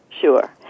sure